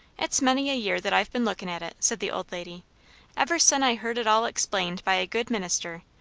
it's many a year that i've been lookin' at it, said the old lady ever sen i heard it all explained by a good minister.